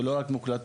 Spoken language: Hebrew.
ולא רק מוקלטות,